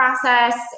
process